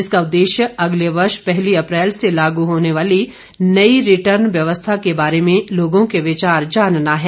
इसका उद्देश्य अगले वर्ष पहली अप्रैल से लागू की जाने वाली नयी रिटर्न व्यवस्था के बारे में लोगों के विचार जानना है